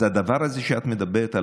אז הדבר הזה שאת מדברת עליו,